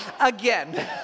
Again